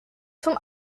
zum